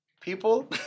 people